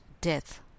death